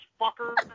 fucker